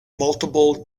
multiple